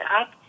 up